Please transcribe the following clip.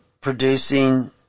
producing